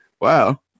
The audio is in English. wow